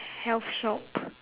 health shop